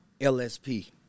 LSP